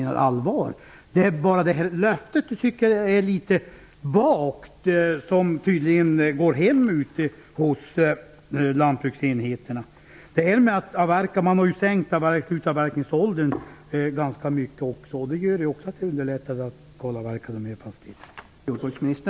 Enbart ett löfte om bosättning tycker jag är för vagt, men det går tydligen hem hos lantbruksenheterna. Att man har dessutom har sänkt slutavverkningsåldern ganska mycket underlättar kalavverkning av fastigheter.